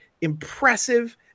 impressive